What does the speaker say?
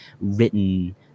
written